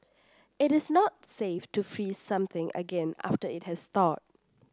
it is not safe to freeze something again after it has thawed